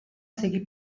sigui